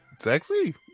Sexy